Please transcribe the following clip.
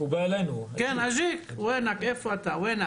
אורלי